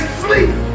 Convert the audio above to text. sleep